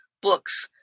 books